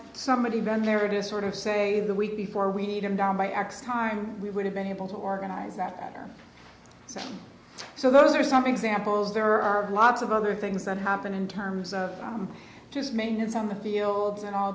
somebody been there to sort of say the week before we need him down by x time we would have been able to organize that so so those are some examples there are lots of other things that happen in terms of just maintenance on the field and all